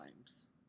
times